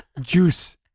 juice